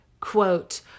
quote